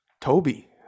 Toby